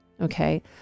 Okay